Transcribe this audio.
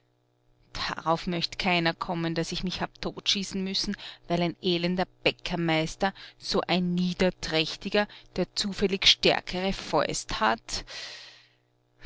darauf möcht keiner kommen daß ich mich hab totschießen müssen weil ein elender bäckermeister so ein niederträchtiger der zufällig stärkere fäust hat